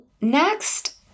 next